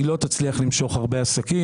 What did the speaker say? היא לא תצליח למשוך הרבה עסקים.